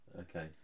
Okay